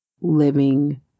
living